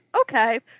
okay